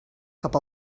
cap